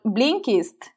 Blinkist